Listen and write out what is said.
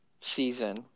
season